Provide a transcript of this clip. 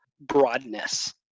broadness